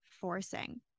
forcing